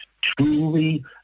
truly